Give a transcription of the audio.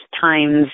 times